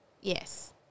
Yes